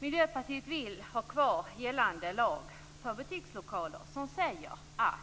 Miljöpartiet vill ha kvar gällande lag för butikslokaler som säger att